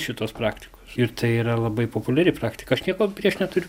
šitos praktikos ir tai yra labai populiari praktika aš nieko prieš neturiu